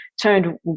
turned